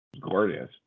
Gorgeous